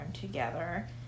together